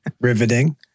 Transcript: riveting